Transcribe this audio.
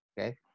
okay